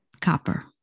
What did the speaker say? copper